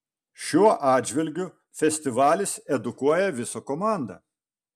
šiuo atžvilgiu festivalis edukuoja visą komandą